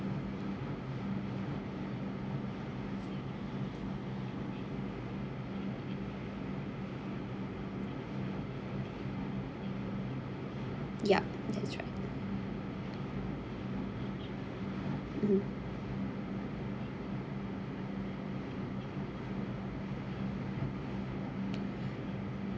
yup that's right mmhmm